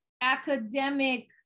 academic